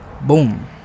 boom